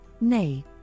nay